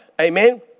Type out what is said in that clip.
Amen